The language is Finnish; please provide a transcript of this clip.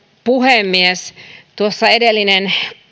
puhemies tuossa edellinen